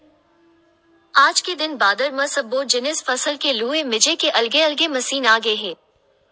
आज के दिन बादर म सब्बो जिनिस फसल के लूए मिजे के अलगे अलगे मसीन आगे हे